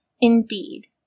Indeed